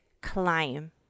climb